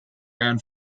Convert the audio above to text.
and